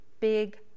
big